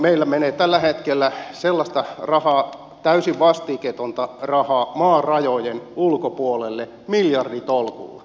meillä menee tällä hetkellä täysin vastikkeetonta rahaa maan rajojen ulkopuolelle miljarditolkulla